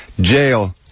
jail